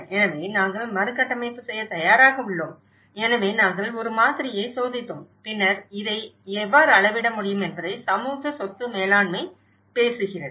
எனவே நாங்கள் மறுகட்டமைப்பு செய்ய தயாராக உள்ளோம் எனவே நாங்கள் ஒரு மாதிரியை சோதித்தோம் பின்னர் இதை எவ்வாறு அளவிட முடியும் என்பதை சமூக சொத்து மேலாண்மை பேசுகிறது